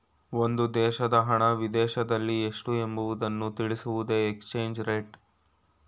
ಒಂದು ದೇಶದ ಹಣ ವಿದೇಶದಲ್ಲಿ ಎಷ್ಟು ಎಂಬುವುದನ್ನು ತಿಳಿಸುವುದೇ ಎಕ್ಸ್ಚೇಂಜ್ ರೇಟ್